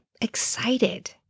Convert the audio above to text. excited